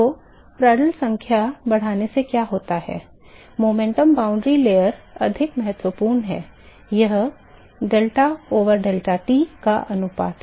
तोप्रांदल संख्या बढ़ाने से क्या होता है संवेग सीमा परत अधिक महत्वपूर्ण है यह delta over deltat का अनुपात है